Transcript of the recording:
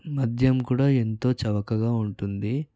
మద్యం కూడా ఎంతో చవకగా ఉంటుంది